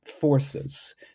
forces